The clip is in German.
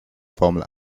formel